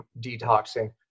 detoxing